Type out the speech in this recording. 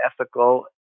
ethical